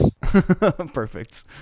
Perfect